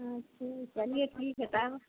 अच्छा चलिए ठीक है तब